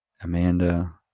Amanda